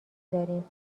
داریم